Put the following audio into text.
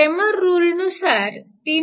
Cramer रुलनुसार 3